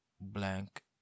blank